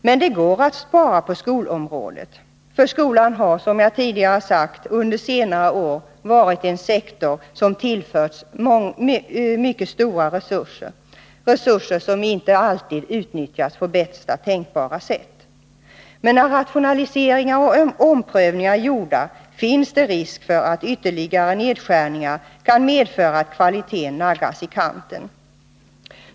Men det går att spara på skolområdet. Skolan har, som jag tidigare sagt, under senare år varit en sektor som tillförts mycket stora resurser — resurser som inte alltid har utnyttjats på bästa tänkbara sätt. Men när rationaliseringar och omprövningar är gjorda finns det risk för att ytterligare nedskärningar kan medföra att kvaliteten naggas i kanten.